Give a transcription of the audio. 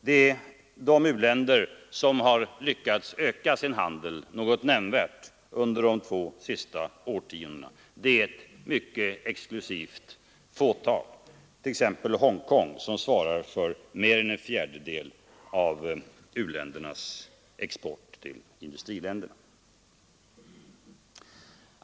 De u-länder som har lyckats öka sin handel något nämnvärt under de två senaste årtiondena utgör ett mycket exklusivt fåtal, t.ex. Hongkong, som svarar för mer än en fjärdedel av u-ländernas industriexport till industriländerna.